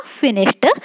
finished